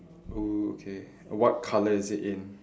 oh okay what colour is it in